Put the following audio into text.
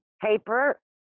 paper